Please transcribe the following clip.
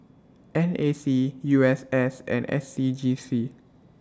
N A C U S S and S C G C